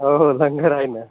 हो हो लंगर आहे ना